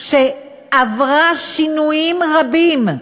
שעברה שינויים רבים,